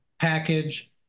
package